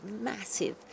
massive